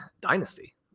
dynasty